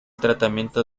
tratamiento